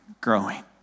growing